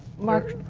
mark,